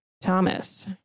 Thomas